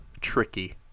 tricky